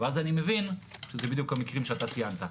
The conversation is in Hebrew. ואז אני מבין שאלו בדיוק המקרים שציינת.